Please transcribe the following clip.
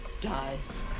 dies